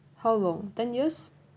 how long ten years